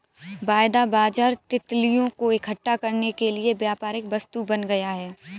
वायदा बाजार तितलियों को इकट्ठा करने के लिए व्यापारिक वस्तु बन गया